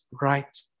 right